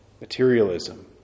materialism